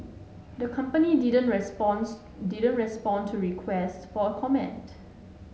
the company didn't responds didn't respond to requests for comment